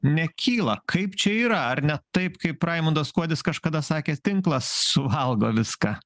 nekyla kaip čia yra ar ne taip kaip raimondas kuodis kažkada sakė tinklas suvalgo viską